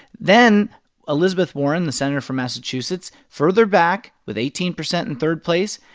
then elizabeth warren, the senator from massachusetts, further back with eighteen percent in third place.